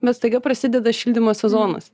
bet staiga prasideda šildymo sezonas